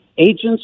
Agents